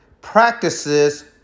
Practices